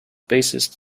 bassist